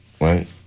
right